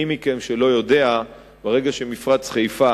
מי מכם שלא יודע, שברגע שמפרץ חיפה